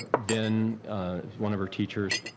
ven is one of her teachers.